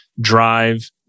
drive